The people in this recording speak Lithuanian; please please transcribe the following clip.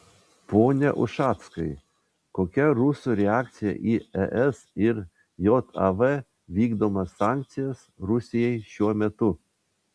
pone ušackai kokia rusų reakcija į es ir jav vykdomas sankcijas rusijai šiuo metu